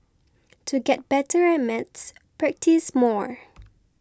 to get better at maths practise more